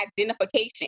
identification